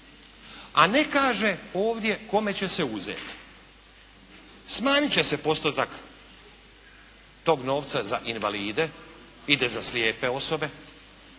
a ne kaže ovdje kome će se uzeti. Smanjit će se postotak tog novca za invalide, ide za slijepe osobe.